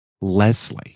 Leslie